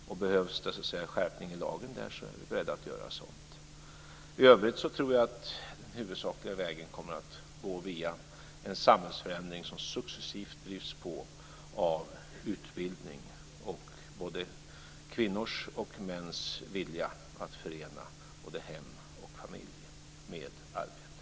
Och om det behövs skärpningar av lagen där är vi beredda att göra det. I övrigt tror jag att den huvudsakliga vägen kommer att gå via en samhällsförändring som successivt drivs på av utbildning och både kvinnors och mäns vilja att förena både hem och familj med arbete.